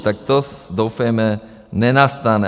Tak to doufejme nenastane.